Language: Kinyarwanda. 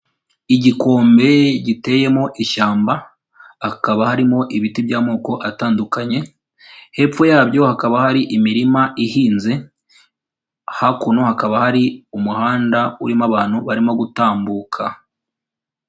Igikombe giteyemo ishyamba, hakaba harimo ibiti by'amoko atandukanye, hepfo yabyo hakaba hari imirima ihinze, hakuno hakaba hari umuhanda urimo abantu barimo gutambuka.